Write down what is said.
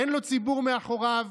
אין לו ציבור מאחוריו,